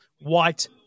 white